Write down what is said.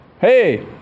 Hey